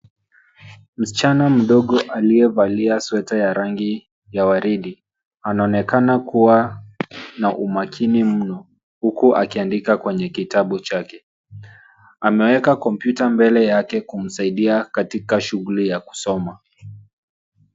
Msichana mdogo aliyevalia sweta ya rangi ya waridi anaonekana kuwa na umakini mno huku akiandika kwenye kitabu chake. Ameweka kompyuta mbele yake kumsaidia katika shughuli ya kusoma.